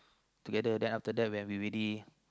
together then after that when we ready